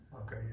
Okay